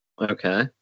Okay